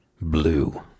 Blue